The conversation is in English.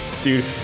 Dude